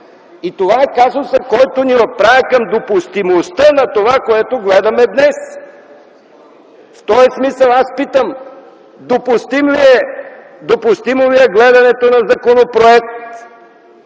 И това е казусът, който ни отправя към допустимостта на това, което гледаме днес. В този смисъл аз питам допустимо ли е гледането на законопроект,